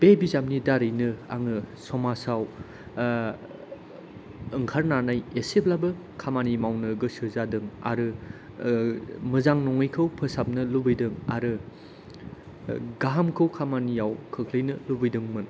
बे बिजाबनि दारैनो आङो समाजाव ओंखारनानै एसेब्लाबो खामानि मावनो गोसो जादों आरो मोजां नङैखौ फोसाबनो लुगैदों आरो गाहामाखौ खामानिआव खोख्लैनो लुगैदोंमोन